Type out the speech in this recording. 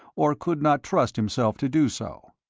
or could not trust himself to do so.